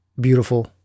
beautiful